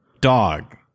Dog